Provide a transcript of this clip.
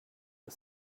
the